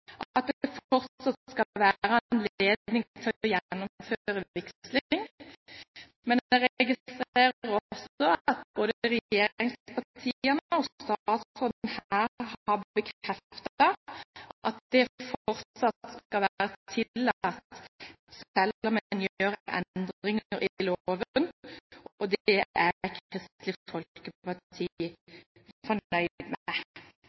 at det fortsatt skal være anledning til å gjennomføre vigsling. Jeg registrerer at både regjeringspartiene og statsråden her har bekreftet at det fortsatt skal være tillatt, selv om en gjør endringer i loven, og det er Kristelig Folkeparti fornøyd med. Jeg